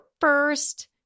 first